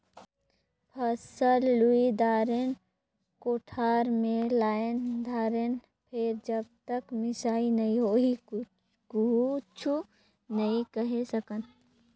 फसल लुई दारेन, कोठार मे लायन दारेन फेर जब तक मिसई नइ होही कुछु नइ केहे सकन